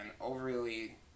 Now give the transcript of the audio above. overly